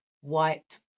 white